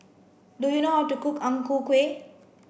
do you know how to cook Ang Ku Kueh